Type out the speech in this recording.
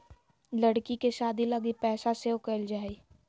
लड़की के शादी लगी पैसा सेव क़इल जा हइ